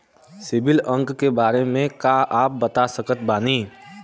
CIBIL अंक के बारे मे का आप बता सकत बानी?